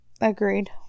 Agreed